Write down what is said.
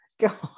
god